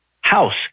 House